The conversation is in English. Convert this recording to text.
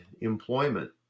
employment